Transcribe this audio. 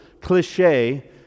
cliche